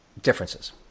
differences